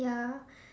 ya